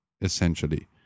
essentially